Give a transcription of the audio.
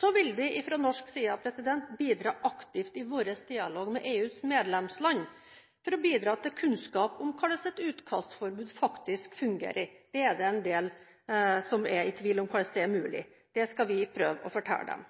Så vil vi fra norsk side bidra aktivt i vår dialog med EUs medlemsland for å bidra til kunnskap om hvordan et utkastforbud faktisk fungerer. Det er det en del som er i tvil om. Det